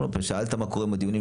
שאלת מה קורה עם הדיונים,